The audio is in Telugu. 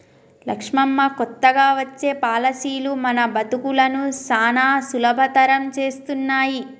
లక్ష్మమ్మ కొత్తగా వచ్చే పాలసీలు మన బతుకులను సానా సులభతరం చేస్తున్నాయి